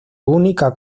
única